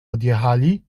odjechali